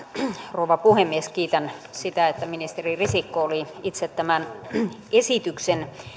rouva puhemies kiitän siitä että ministeri risikko oli itse tämän esityksen